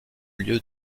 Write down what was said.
lieu